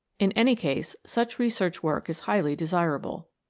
in any case such research work is highly desirable.